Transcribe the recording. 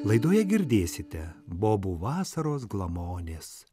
laidoje girdėsite bobų vasaros glamonės